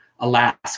Alaska